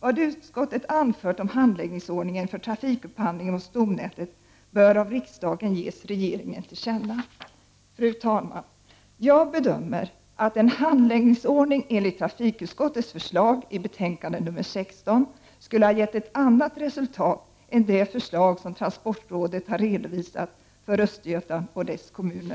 Vad utskottet anfört om handläggningsordningen för trafikupphandlingen på stomnätet bör av riksdagen ges regeringen till känna.” Fru talman! Jag bedömer att en handläggningsordning enligt trafikutskottets förslag i betänkande nr 16 skulle ha gett ett annat resultat än det förslag som transportrådet har redovisat för Östergötland och dess kommuner.